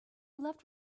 left